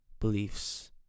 Beliefs